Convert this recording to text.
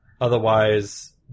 otherwise